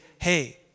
hey